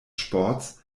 sports